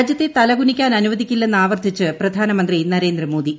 രാജ്യത്തെ തലകുനിക്കാൻ അനുവദിക്കില്ലെന്ന് ആവർത്തിച്ച് പ്രധാനമന്ത്രി നരേന്ദ്ര മോദി